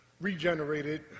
regenerated